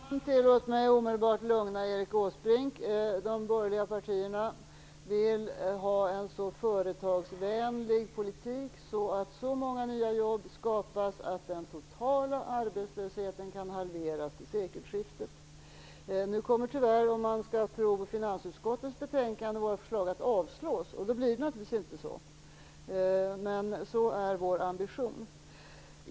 Herr talman! Tillåt mig omedelbart lugna Erik Åsbrink. De borgerliga partierna vill ha en så företagsvänlig politik att så många nya jobb skapas att den totala arbetslösheten kan halveras till sekelskiftet. Om man skall tror finansutskottets betänkande kommer våra förslag tyvärr att avslås. Då blir det naturligtvis inte så. Men det är vår ambition.